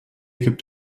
gibt